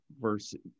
versus